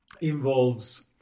involves